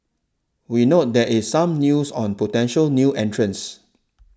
we note that is some news on potential new entrants